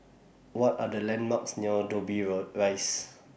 What Are The landmarks near Dobbie O Rise